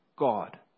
God